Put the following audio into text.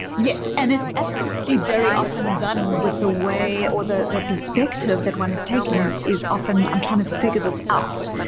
and it's absolutely very often done with the way or the the perspective that one has taken is is often i'm trying to figure this out